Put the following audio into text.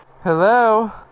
Hello